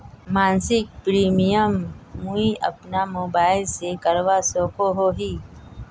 मासिक प्रीमियम मुई अपना मोबाईल से करवा सकोहो ही?